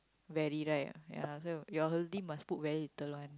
very right ya so your must put very little one